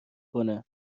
کنه